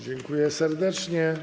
Dziękuję serdecznie.